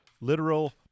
literal